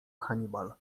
hannibal